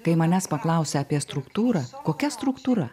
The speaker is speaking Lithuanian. kai manęs paklausia apie struktūrą kokia struktūra